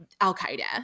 Al-Qaeda